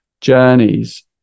journeys